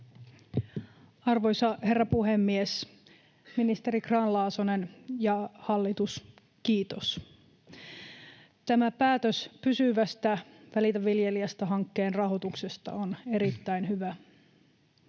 Arvoisa herra puhemies! Ministeri Grahn-Laasonen ja hallitus, kiitos. Tämä päätös pysyvästä Välitä viljelijästä ‑hankkeen rahoituksesta on erittäin hyvä.